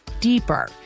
deeper